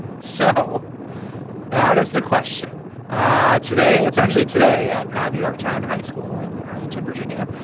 so that is the question ah today. it's actually today at um yorktown high school in arlington virginia.